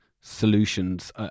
solutions